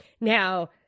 Now